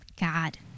God